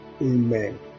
Amen